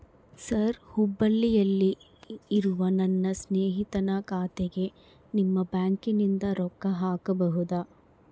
Sir ಹುಬ್ಬಳ್ಳಿಯಲ್ಲಿ ಇರುವ ನನ್ನ ಸ್ನೇಹಿತನ ಖಾತೆಗೆ ನಿಮ್ಮ ಬ್ಯಾಂಕಿನಿಂದ ರೊಕ್ಕ ಹಾಕಬಹುದಾ?